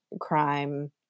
crime